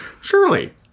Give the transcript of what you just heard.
Surely